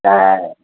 त